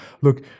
look